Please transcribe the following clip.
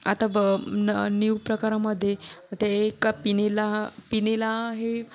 आता ब न न्यू प्रकारामध्ये ते एका पिनीला पिनीला हे